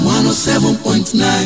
107.9